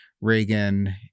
Reagan